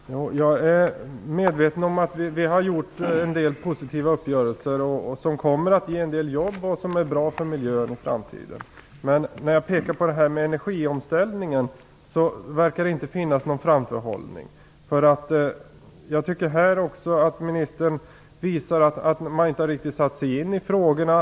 Fru talman! Jag är medveten om att vi har träffat en del positiva uppgörelser som kommer att ge en del jobb och som blir bra för miljön i framtiden. Men när det gäller energiomställningen verkar det inte finnas någon framförhållning. Jag tycker att ministern visar att man inte har satt sig in i frågorna.